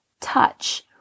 touch